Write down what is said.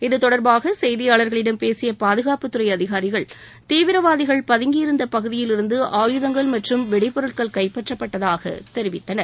இது தொடர்பாக செய்தியாளர்களிடம் பேசிய பாதுகாப்பு துறை அதிகாரிகள் தீவிரவாதிகள் பதங்கியிருந்த பகுதியில் இருந்து ஆயுதங்கள் மற்றும் வெடிபொருட்கள் கைப்பற்றப்பட்டதாக தெரிவித்தனர்